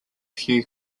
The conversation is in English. few